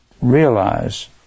realize